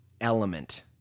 element